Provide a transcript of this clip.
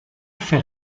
fait